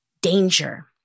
danger